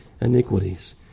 iniquities